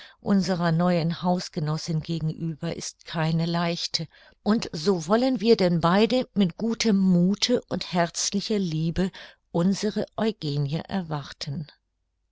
unserer neuen hausgenossin gegenüber ist keine leichte und so wollen wir denn beide mit gutem muthe und herzlicher liebe unsere eugenie erwarten